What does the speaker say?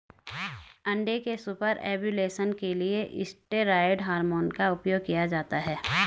अंडे के super ovulation के लिए स्टेरॉयड हार्मोन का उपयोग किया जाता है